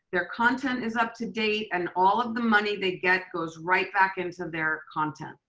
their content is up to date and all of the money they get goes right back into and their content.